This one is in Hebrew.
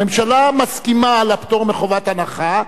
הממשלה מסכימה לפטור מחובת הנחה,